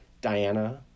Diana